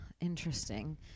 Interesting